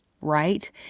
right